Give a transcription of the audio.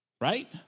Right